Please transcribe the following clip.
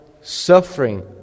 suffering